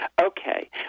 Okay